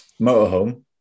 Motorhome